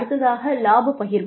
அடுத்ததாக இலாப பகிர்வு